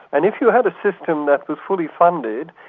and if you had a system that was fully funded,